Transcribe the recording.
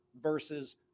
versus